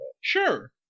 sure